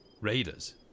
Raiders